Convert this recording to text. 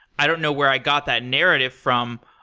i don't know where i got that narrative from,